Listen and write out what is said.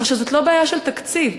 כך שזאת לא בעיה של תקציב.